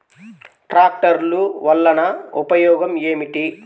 ట్రాక్టర్లు వల్లన ఉపయోగం ఏమిటీ?